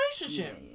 relationship